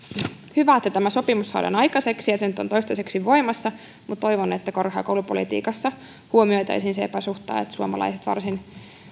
hyvä että tämä sopimus saadaan aikaiseksi ja se nyt on toistaiseksi voimassa mutta toivon että korkeakoulupolitiikassa huomioitaisiin se epäsuhta että suomalaiset varsin